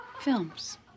films